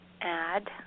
add